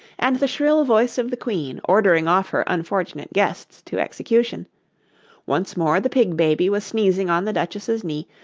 and the shrill voice of the queen ordering off her unfortunate guests to execution once more the pig-baby was sneezing on the duchess's knee,